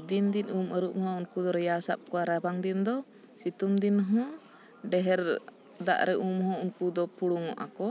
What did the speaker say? ᱫᱤᱱ ᱫᱤᱱ ᱩᱢ ᱟᱹᱨᱩᱵ ᱦᱚᱸ ᱩᱱᱠᱩ ᱫᱚ ᱨᱮᱭᱟᱲ ᱥᱟᱵ ᱠᱚᱣᱟ ᱨᱟᱵᱟᱝ ᱫᱤᱱ ᱫᱚ ᱥᱤᱛᱩᱝ ᱫᱤᱱ ᱦᱚᱸ ᱰᱷᱮᱹᱨ ᱫᱟᱜ ᱨᱮ ᱩᱢ ᱦᱚᱸ ᱩᱱᱠᱩ ᱫᱚ ᱯᱷᱩᱲᱩᱝᱚᱜ ᱟᱠᱚ